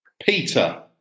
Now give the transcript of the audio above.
Peter